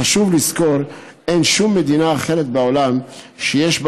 חשוב לזכור כי אין שום מדינה אחרת בעולם שיש בה